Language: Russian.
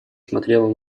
смотрела